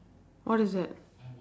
what is that